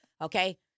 okay